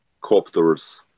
copters